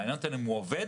מעניין אותנו אם הוא עובד